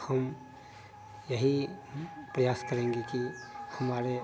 हम यही प्रयास करेंगे कि हमारे